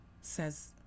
says